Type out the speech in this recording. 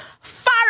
far